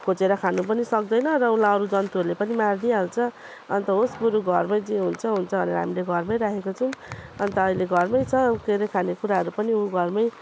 खोजेर खानु पनि सक्दैन र उसलाई अरू जन्तुहरूले पनि मारिदिई हाल्छ अन्त होस् बरू घरमै जे हुन्छ हुन्छ भनेर हामीले घरमै राखेको छौँ अन्त अहिले घरमै छ के अरे खानेकुराहरू पनि ऊ घरमै